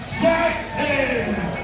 Jackson